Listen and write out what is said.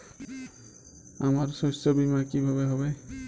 আমার শস্য বীমা কিভাবে হবে?